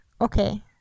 okay